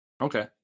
okay